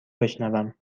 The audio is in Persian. بشنوم